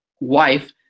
wife